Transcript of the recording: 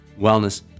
Wellness